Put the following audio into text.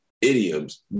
idioms